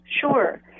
Sure